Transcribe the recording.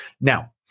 Now